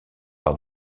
par